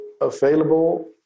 available